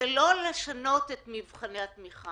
לא מדובר על שינוי של מבחני התמיכה,